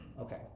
Okay